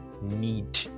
need